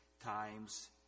times